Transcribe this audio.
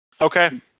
Okay